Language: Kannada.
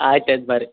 ಆಯ್ತು ಆಯ್ತು ಬನ್ರಿ